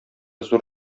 зур